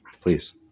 please